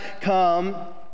come